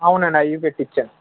అవునండి అవీ పెట్టి ఇచ్చాను